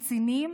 קצינים,